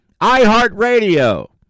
iHeartRadio